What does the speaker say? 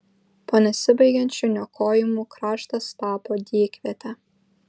po nesibaigiančių niokojimų kraštas tapo dykviete